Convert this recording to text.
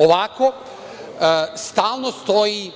Ovako, stalno stoji